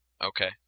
Okay